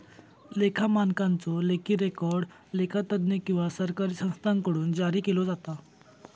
लेखा मानकांचो लेखी रेकॉर्ड लेखा तज्ञ किंवा सरकारी संस्थांकडुन जारी केलो जाता